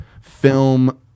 film